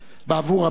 בעבור רבים,